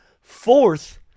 fourth